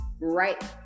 right